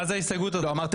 ההסתייגות הבאה.